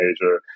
major